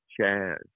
Chaz